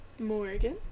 Morgan